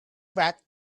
brad